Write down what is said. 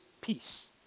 peace